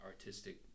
artistic